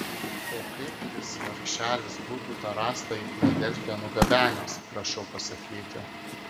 o kaip jis vargšelis būtų tą rąstą į filadelfiją nugabenęs prašau pasakyti